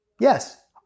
Yes